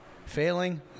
Failing